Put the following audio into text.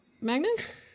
Magnus